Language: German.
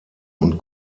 und